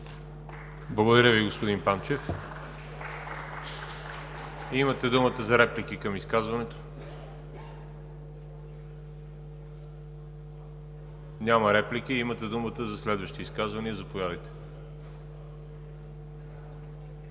Благодаря Ви, господин Панчев. Имате думата за реплики към изказването. Няма реплики. Имате думата за следващи изказвания, заповядайте.